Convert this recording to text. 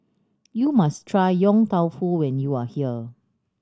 you must try Yong Tau Foo when you are here